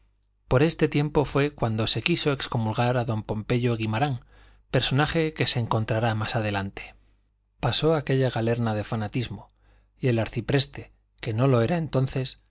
por este tiempo fue cuando se quiso excomulgar a don pompeyo guimarán personaje que se encontrará más adelante pasó aquella galerna de fanatismo y el arcipreste que no lo era entonces